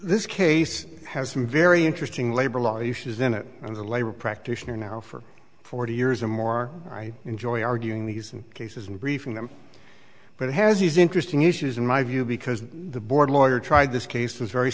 this case has some very interesting labor law uses in it and the labor practitioner now for forty years or more i enjoy arguing these cases and briefing them but it has these interesting issues in my view because the board lawyer tried this case was very